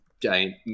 giant